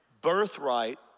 birthright